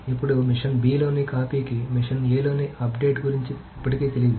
ఇప్పుడు machine b లోని కాపీకి మెషిన్ a లోని అప్డేట్ గురించి ఇప్పటికీ తెలియదు